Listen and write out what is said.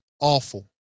Awful